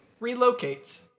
relocates